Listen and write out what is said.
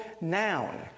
noun